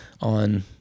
on